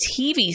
TV